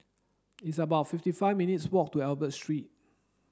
it's about fifty five minutes' walk to Albert Street